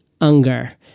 Unger